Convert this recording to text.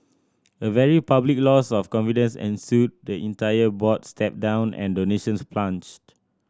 a very public loss of confidence ensued the entire board stepped down and donations plunged